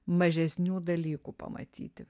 mažesnių dalykų pamatyti